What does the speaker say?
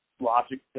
logic